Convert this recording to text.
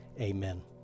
Amen